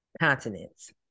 Continents